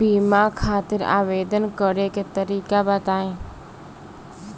बीमा खातिर आवेदन करे के तरीका बताई?